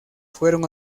fueron